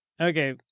Okay